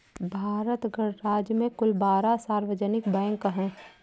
भारत गणराज्य में कुल बारह सार्वजनिक बैंक हैं